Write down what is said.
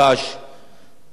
ומתי תאושר.